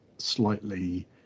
slightly